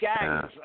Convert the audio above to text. gangs